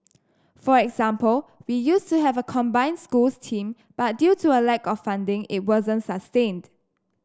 for example we used to have a combined schools team but due to a lack of funding it wasn't sustained